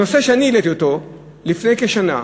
הנושא שאני העליתי לפני כשנה,